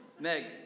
Meg